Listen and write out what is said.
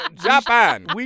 Japan